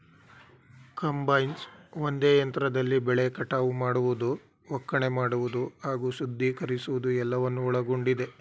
combines ಒಂದೇ ಯಂತ್ರದಲ್ಲಿ ಬೆಳೆ ಕಟಾವು ಮಾಡುವುದು ಒಕ್ಕಣೆ ಮಾಡುವುದು ಹಾಗೂ ಶುದ್ಧೀಕರಿಸುವುದು ಎಲ್ಲವನ್ನು ಒಳಗೊಂಡಿದೆ